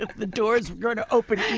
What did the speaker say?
the door is going to open